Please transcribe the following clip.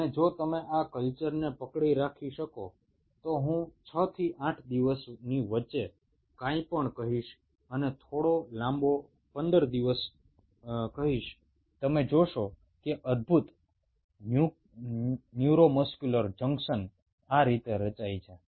અને જો તમે આ કલ્ચરને પકડી રાખી શકો તો હું 6 થી 10 દિવસની વચ્ચે કાંઈ પણ કહીશ અને થોડો લાંબો 15 દિવસ કહીશ તમે જોશો કે અદભૂત ન્યુરોમસ્ક્યુલર જંકશન આ રીતે રચાય છે